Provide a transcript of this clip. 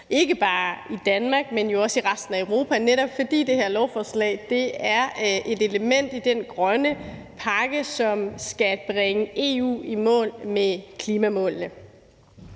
ikke bare i Danmark, men jo også i resten af Europa, netop fordi det her lovforslag er et element i den grønne pakke, som skal bringe EU i mål med klimamålene.